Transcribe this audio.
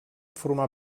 formar